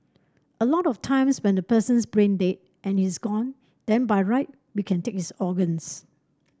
a lot of times when the person's brain dead and he's gone then by right we can take his organs